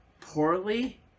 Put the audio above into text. poorly